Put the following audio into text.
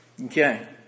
Okay